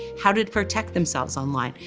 how did protect themselves online.